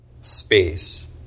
space